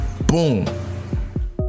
Boom